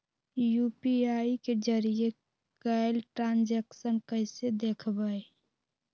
UPI के जरिए कैल ट्रांजेक्शन कैसे देखबै?